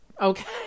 Okay